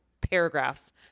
paragraphs